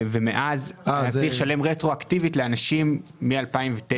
ומאז צריך לשלם רטרואקטיבית לאנשים מ-2009.